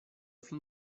fin